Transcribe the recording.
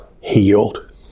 healed